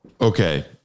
Okay